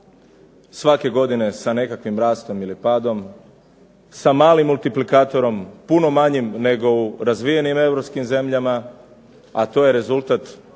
svake godine sa nekakvim rastom ili padom, sa malim multiplikatorom, puno manjim nego u razvijenim europskim zemljama, a to je rezultat